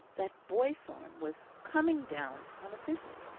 that boythorn was coming down on a visit.